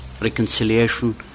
reconciliation